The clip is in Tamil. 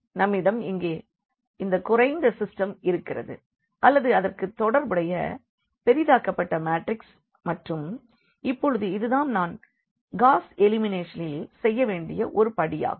நம்மிடம் இங்கே இந்த குறைந்த சிஸ்டெம் இருக்கிறது அல்லது அதற்கு தொடர்புடைய பெரிதாக்கப்பட்ட மேட்ரிக்ஸ் இருக்கிறது மற்றும் இப்பொழுது இது தான் நாம் காஸ் எலிமினேஷனில் செய்ய வேண்டிய ஒரு படியாகும்